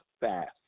fast